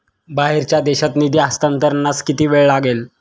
बाहेरच्या देशात निधी हस्तांतरणास किती वेळ लागेल?